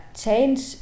change